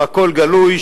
הכול גלוי,